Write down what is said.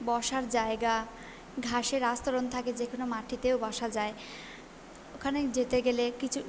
বসার জায়গা ঘাসের আস্তরণ থাকে যে কোনো মাটিতেও বসা যায় ওখানে যেতে গেলে কিছু